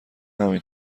همین